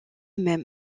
même